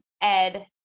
Ed